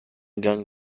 gagnent